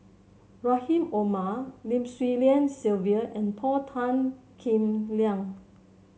Rahim Omar Lim Swee Lian Sylvia and Paul Tan Kim Liang